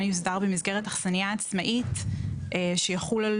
יוסדר במסגרת אכסניה עצמאית שיחול על